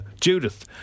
Judith